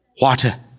Water